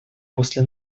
после